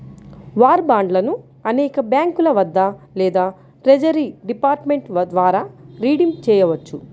war బాండ్లను అనేక బ్యాంకుల వద్ద లేదా ట్రెజరీ డిపార్ట్మెంట్ ద్వారా రిడీమ్ చేయవచ్చు